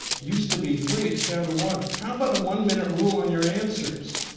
used to be three, it's down to one, how about a one minute rule on your answers.